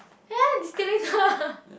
ya distillator